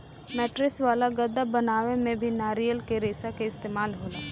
mattress वाला गद्दा बनावे में भी नारियल के रेशा के इस्तेमाल होला